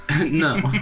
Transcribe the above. No